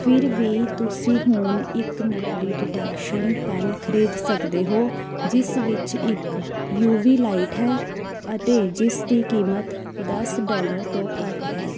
ਫਿਰ ਵੀ ਤੁਸੀਂ ਹੁਣ ਇੱਕ ਨਕਲੀ ਡਿਟੈਕਸ਼ਨ ਪੈੱਨ ਖਰੀਦ ਸਕਦੇ ਹੋ ਜਿਸ ਵਿੱਚ ਇੱਕ ਯੂਵੀ ਲਾਈਟ ਹੈ ਅਤੇ ਜਿਸ ਦੀ ਕੀਮਤ ਦਸ ਡੋਲਰ ਤੋਂ ਘੱਟ ਹੈ